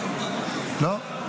לא.